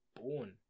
born